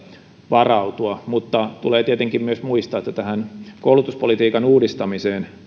varautua mutta tulee tietenkin myös muistaa että tähän koulutuspolitiikan uudistamiseen